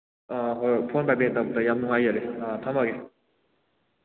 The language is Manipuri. ꯑꯥ ꯍꯣꯏ ꯍꯣꯏ ꯐꯣꯟ ꯄꯥꯏꯕꯤꯔꯛꯄꯩꯗꯃꯛꯇ ꯌꯥꯝ ꯅꯨꯡꯉꯥꯏꯖꯔꯦ ꯑꯥ ꯊꯝꯃꯒꯦ